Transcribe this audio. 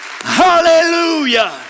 Hallelujah